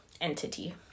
entity